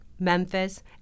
Memphis